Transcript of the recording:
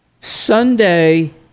sunday